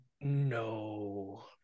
No